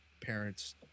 parents